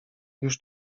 już